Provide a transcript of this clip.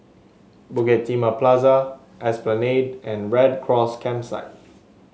Bukit Timah Plaza Esplanade and Red Cross Campsite